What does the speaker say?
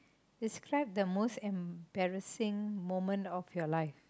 describe the most embarrassing moment of your life